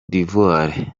d’ivoire